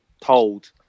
told